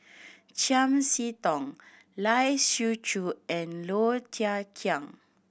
Chiam See Tong Lai Siu Chiu and Low Thia Khiang